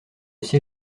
ciel